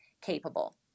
capable